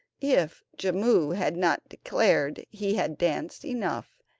if jimmu had not declared he had danced enough,